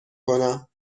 کنم